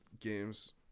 games